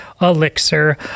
elixir